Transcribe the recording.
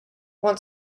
want